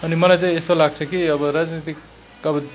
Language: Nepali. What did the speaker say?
अनि मलाई चाहिँ यस्तो लाग्छ कि अब राजनैतिक